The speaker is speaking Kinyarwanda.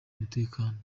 umutekano